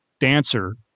dancer